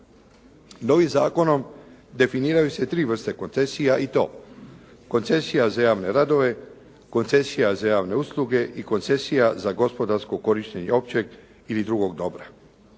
Novim zakonom definiraju se tri vrste koncesija i to: Koncesija za javne radove, Koncesija za javne usluge i Koncesija za gospodarsko korištenje općeg ili drugog dobra.